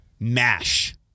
Mash